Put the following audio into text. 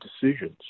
decisions